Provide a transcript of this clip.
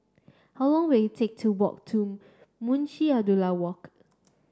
how long will it take to walk to Munshi Abdullah Walk